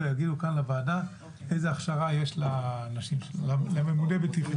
ויגידו כאן לוועדה איזה הכשרה יש לממוני הבטיחות.